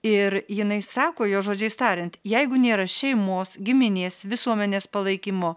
ir jinai sako jo žodžiais tariant jeigu nėra šeimos giminės visuomenės palaikymo